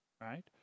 right